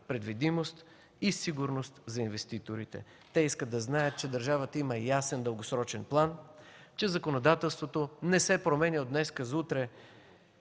предвидимост и сигурност за инвеститорите. Те искат да знаят, че държавата има ясен, дългосрочен план, че законодателството не се променя от днес за утре